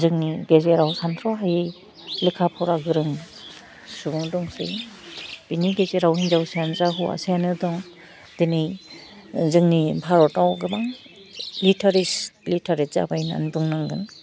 जोंनि गेजेराव सान्थ्र हायै लेखा फरा गोरों सुबुं दंसै बिनि गेजेराव हिन्जावसायानो जा हौवासायानो दं दिनै जोंनि भारताव गोबां लिथारिस लिथारेट जाबाय होन्नानै बुंनांगोन